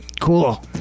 Cool